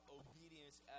obedience